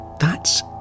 That's